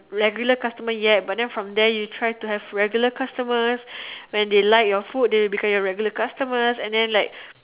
regular customer yet but then from there you try to have regular customers when they like your food they become your regular customers and then like